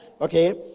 Okay